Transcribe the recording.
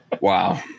Wow